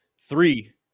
three